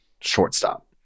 shortstop